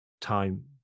time